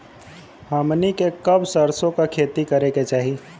हमनी के कब सरसो क खेती करे के चाही?